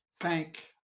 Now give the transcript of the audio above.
thank